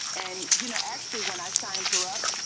and, you know, actually, when i signed her up,